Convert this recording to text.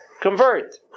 Convert